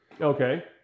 Okay